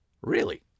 Really